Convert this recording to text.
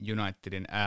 Unitedin